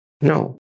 No